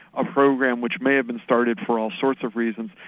a program which may have been started for all sorts of reasons,